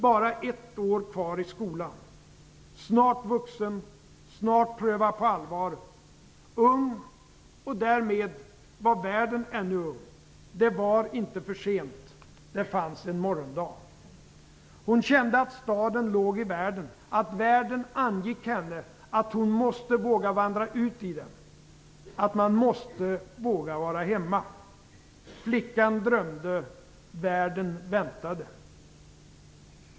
Bara ett år kvar i skolan. Snart vuxen, snart pröva på allvaret. Ung - och därmed var världen ännu ung, det var inte för sent, det fanns en morgondag. Hon kände att staden låg i världen, att världen angick henne, att hon måste våga vandra ut i den. Att man måste våga vara hemma. Flickan drömde. Världen väntade."